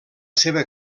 seva